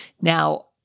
Now